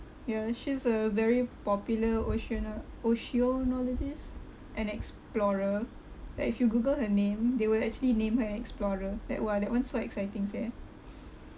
ya she's a very popular oceano~ oceanologist and explorer like if you google her name they will actually name her an explorer like !wah! that [one] so excitings eh